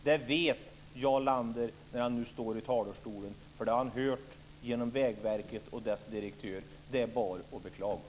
Det vet Jarl Lander, där han står i talarstolen, för det har han hört genom Vägverket och dess direktör. Det är bara att beklaga.